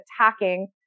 attacking